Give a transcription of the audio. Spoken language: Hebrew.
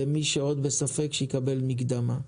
ומי שעוד בספק שיקבל מקדמה.